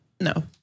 No